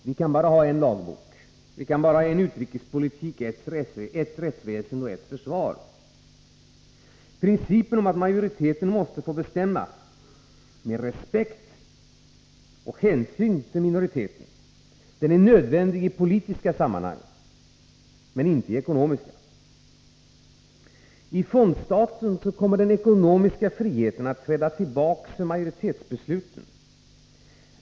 Vi kan bara ha en lagbok, en utrikespolitik, ett rättsväsen och ett försvar. Principen om att majoriteten måste få bestämma, med respekt för och hänsyn till minoriteten, är nödvändig i politiska sammahang, men inte i ekonomiska. I fondstaten får den ekonomiska friheten träda tillbaka för majoritetsbesluten.